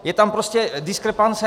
Je tam prostě diskrepance.